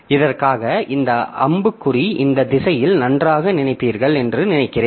இதற்காக இந்த அம்புக்குறி இந்த திசையில் நன்றாக நினைப்பீர்கள் என்று நினைக்கிறேன்